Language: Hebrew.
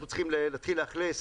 אנחנו צריכים להתחיל לאכלס